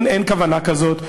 אין כוונה כזאת.